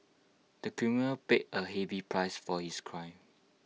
the criminal paid A heavy price for his crime